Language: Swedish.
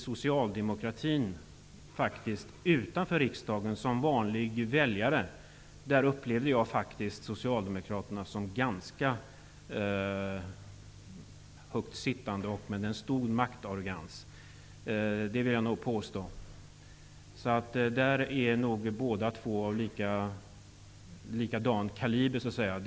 Som väljare utanför riksdagen har jag upplevt socialdemokraterna som ganska högt sittande med en stor maktarrogans. Det vill jag nog påstå. Den som har makten har makten -- alla är av samma kaliber.